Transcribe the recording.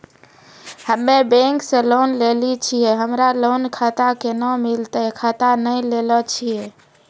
हम्मे बैंक से लोन लेली छियै हमरा लोन खाता कैना मिलतै खाता नैय लैलै छियै?